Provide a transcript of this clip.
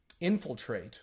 infiltrate